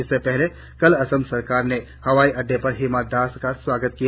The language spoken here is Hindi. इससे पहले कल असम सरकार ने हवाई अड्डे पर हिमा दास का स्वागत किया